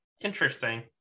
interesting